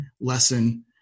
lesson